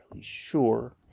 sure